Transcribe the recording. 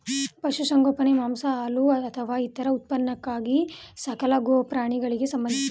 ಪಶುಸಂಗೋಪನೆ ಮಾಂಸ ಹಾಲು ಅಥವಾ ಇತರ ಉತ್ಪನ್ನಕ್ಕಾಗಿ ಸಾಕಲಾಗೊ ಪ್ರಾಣಿಗಳಿಗೆ ಸಂಬಂಧಿಸಿದೆ